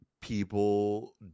People